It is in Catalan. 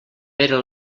pere